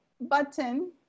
button